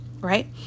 right